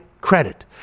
credit